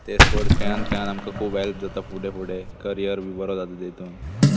ते स्पोर्ट्स खेळून खेळून आमकां खूब हेल्प जाता फुडें फुडें करियर बी बरो जाता तातूंत